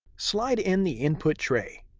slide in the input tray.